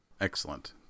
Excellent